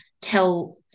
tell